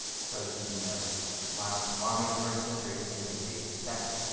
so you know miles to kilometers for instance or even things like days to seconds.